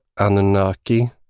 Anunnaki